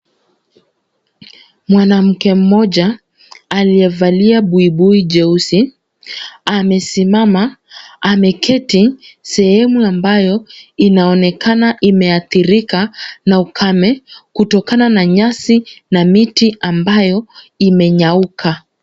Mwanamke mmoja aliyevalia buibui jeusi amesimama. Ameketi sehemu ambayo inaonekana imeathirika na ukame kutokana na nyasi na miti ambayo imenyauka.